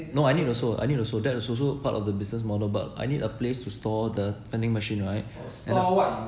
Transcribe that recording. no I need also I need also that is also part of the business model but I need a place to store the vending machine right ya